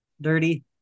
dirty